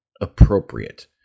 appropriate